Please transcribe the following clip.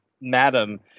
Madam